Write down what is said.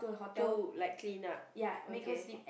to like clean up okay